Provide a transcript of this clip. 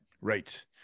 Right